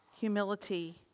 humility